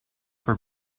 were